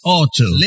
Auto